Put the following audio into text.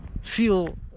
feel